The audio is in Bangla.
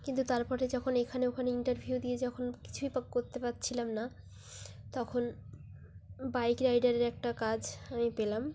কিন্তু তার পরে যখন এখানে ওখানে ইন্টারভিউ দিয়ে যখন কিছুই পা করতে পারছিলাম না তখন বাইক রাইডারের একটা কাজ আমি পেলাম